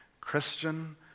Christian